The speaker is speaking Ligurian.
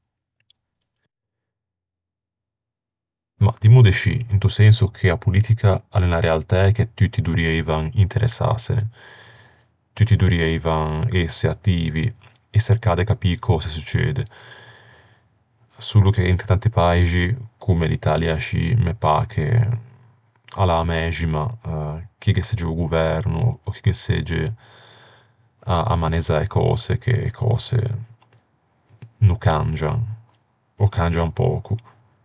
Mah, dimmo de scì. Into senso che a politica a l'é unna realtæ che tutti dorrieivan interessâsene, tutti dorrieivan ëse attivi e çercâ de capî cöse succede. Solo che inte tanti paixi, comme l'Italia ascì, me pâ che a l'é a mæxima... chi ghe segge a-o governo, ò chi ghe segge à manezzâ e cöse, che e cöse no cangian, ò cangian pöco.